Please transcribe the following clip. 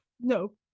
no